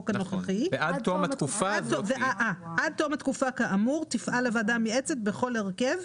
עד תום התקופה כאמור תפעל הוועדה המייעצת בכל הרכב